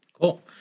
Cool